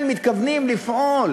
ניתנו הבטחות: אנחנו אכן מתכוונים לפעול